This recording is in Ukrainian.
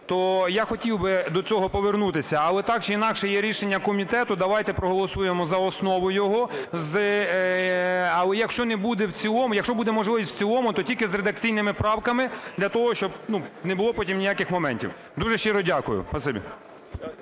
я хотів би до цього повернутися. Але, так чи інакше, є рішення комітету. Давайте проголосуємо за основу його. Але, якщо не буде в цілому… Якщо буде можливість в цілому – то тільки з редакційними правками для того, щоб не було потім ніяких моментів. Дуже щиро дякую,